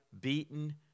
beaten